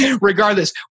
Regardless